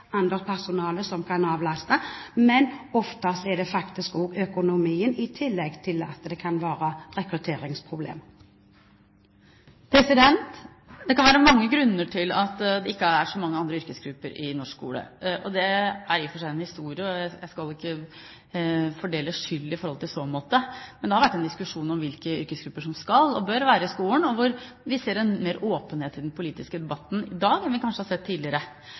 som kan avlaste, men oftest handler det om økonomi, i tillegg til at det kan være rekrutteringsproblemer. Det kan være mange grunner til at det ikke er så mange yrkesgrupper i norsk skole. Det har i og for seg en historie, og jeg skal ikke fordele skyld i så måte. Det har vært en diskusjon om hvilke yrkesgrupper som skal og bør være i skolen, og vi ser mer åpenhet i den politiske debatten i dag enn vi kanskje har sett tidligere.